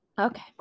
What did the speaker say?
Okay